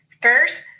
first